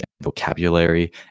vocabulary